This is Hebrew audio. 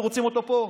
אנחנו רוצים אותו פה,